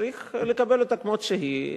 צריך לקבל אותה כמו שהיא,